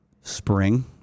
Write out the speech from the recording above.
spring